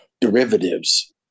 derivatives